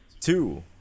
two